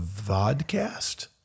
vodcast